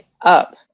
up